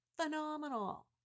phenomenal